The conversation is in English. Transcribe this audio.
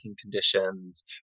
conditions